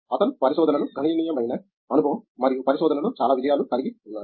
అతను పరిశోధనలో గణనీయమైన అనుభవం మరియు పరిశోధనలో చాలా విజయాలు కలిగి ఉన్నాడు